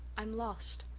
i'm lost.